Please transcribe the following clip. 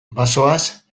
bazoaz